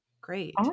great